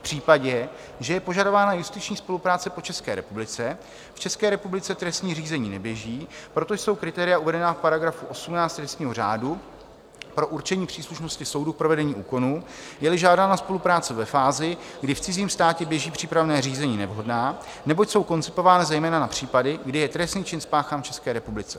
V případě, že je požadována justiční spolupráce po České republice, v České republice trestní řízení neběží, proto jsou kritéria uvedená v § 18 trestního řádu pro určení příslušnosti soudu k provedení úkonu, jeli žádána spolupráce ve fázi, kdy v cizím státě běží přípravné řízení, nevhodná, neboť jsou koncipována zejména na případy, kdy je trestný čin spáchán v České republice.